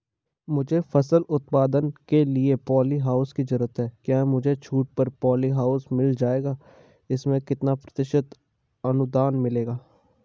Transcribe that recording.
मुझे फसल उत्पादन के लिए प ॉलीहाउस की जरूरत है क्या मुझे छूट पर पॉलीहाउस मिल जाएगा इसमें कितने प्रतिशत अनुदान मिलेगा?